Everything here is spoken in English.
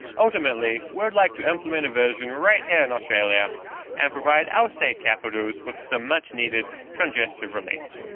ultimately we would like to implement a version right here in australia and provide our state capitals with some much-needed congestive relief.